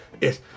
Yes